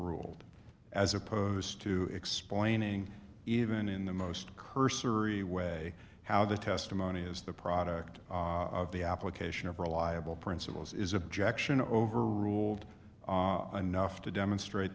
ruled as opposed to explaining even in the most cursory way how the testimony is the product of the application of reliable principles is objection overruled i know if to demonstrate